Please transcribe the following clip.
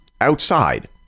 outside